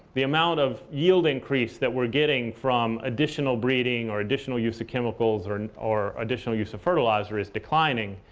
the amount of yield increase that we're getting from additional breeding or additional use of chemicals or and or additional use of fertilizer is declining.